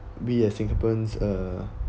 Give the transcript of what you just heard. we as singaporeans uh